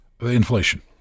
Inflation